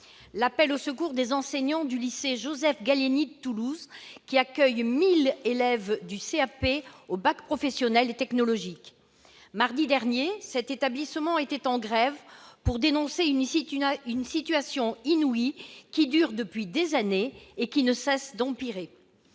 appel au secours, celui des enseignants du lycée Joseph-Gallieni de Toulouse, qui accueille 1 000 élèves, du CAP au bac professionnel et technologique. Mardi dernier, les enseignants de cet établissement étaient en grève pour dénoncer une situation inouïe, qui dure depuis des années et qui ne cesse d'empirer